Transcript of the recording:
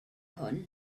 hwn